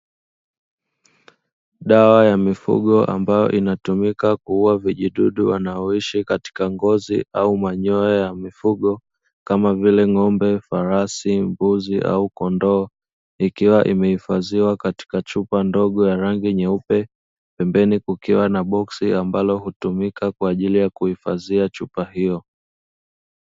Dawa ya mifugo ambayo inatumika kuua vijidudu wanaoishi katika ngozi au manyoya ya mifugo kama vile ng'ombe, farasi, mbuzi au kondoo ikiwa imehifadhiwa katika chupa ndogo ya rangi nyeupe, pembeni kukiwa na boksi ambalo hutumika kwa ajili ya kuhifadhia chupa hiyo.